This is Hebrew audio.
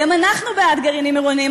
גם אנחנו בעד גרעינים עירוניים,